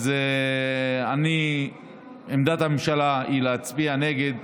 אז עמדת הממשלה היא להצביע נגד,